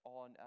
on